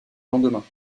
lendemain